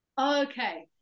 Okay